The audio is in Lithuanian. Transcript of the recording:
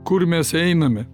kur mes einame